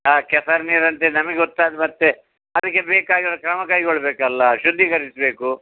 ಹಾಂ ಕೆಸರು ನೀರಂತೆ ನಮಗ್ ಗೊತ್ತಾದ್ದು ಮತ್ತು ಅದಕೆ ಬೇಕಾಗಿರೊ ಕ್ರಮ ಕೈಗೊಳ್ಬೇಕಲ್ಲ ಶುದ್ದೀಕರಿಸಬೇಕು